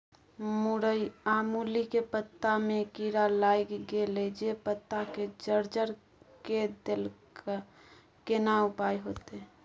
मूरई आ मूली के पत्ता में कीरा लाईग गेल जे पत्ता के जर्जर के देलक केना उपाय होतय?